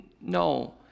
No